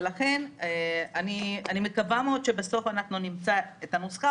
ולכן אני מקווה מאוד שבסוף אנחנו נמצא את הנוסחה.